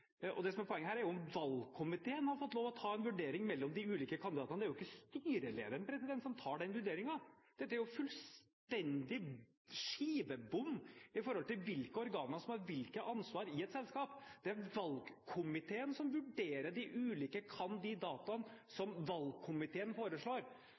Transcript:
Norvik. Det som er poenget her, er jo om valgkomiteen har fått lov til å foreta en vurdering av de ulike kandidatene. Det er jo ikke styrelederen som foretar den vurderingen. Det er fullstendig skivebom i forhold til hvilke organer som har hvilket ansvar i et selskap. Det er valgkomiteen som vurderer de ulike